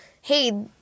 hey